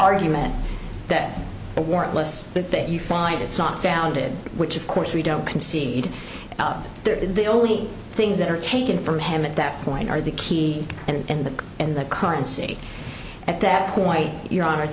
argument that warrantless but that you find it's not founded which of course we don't concede out there the only things that are taken from him at that point are the key and in that currency at that point your honor